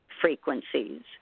frequencies